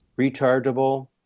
rechargeable